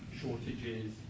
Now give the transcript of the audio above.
shortages